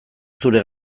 zure